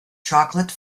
chocolate